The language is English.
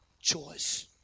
choice